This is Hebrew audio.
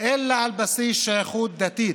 אלא על בסיס שייכות דתית.